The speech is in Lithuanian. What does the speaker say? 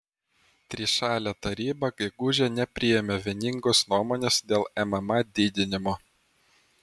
trišalė taryba gegužę nepriėmė vieningos nuomonės dėl mma didinimo